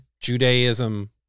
Judaism